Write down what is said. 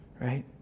right